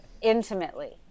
intimately